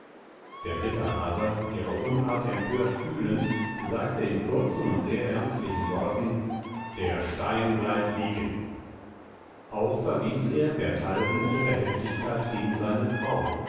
der ritter aber ihre unart empört fühlend sagte in kurzen und sehr ernstlichen worten der stein bleibt liegen auch verwies er bertalden ihre heftigkeit gegen seine frau